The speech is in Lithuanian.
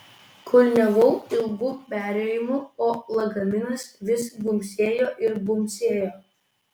kulniavau ilgu perėjimu o lagaminas vis bumbsėjo ir bumbsėjo